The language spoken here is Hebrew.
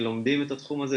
ולומדים את התחום הזה,